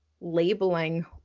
labeling